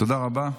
תודה רבה.